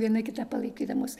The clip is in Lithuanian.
viena kitą palaikydamos